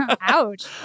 ouch